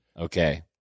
Okay